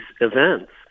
events